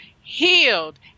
healed